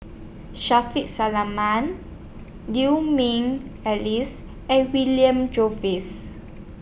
Shaffiq Selamat Liu Ming Ellis and William Jervois